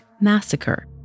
Massacre